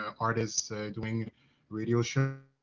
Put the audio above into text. artists doing radio shows.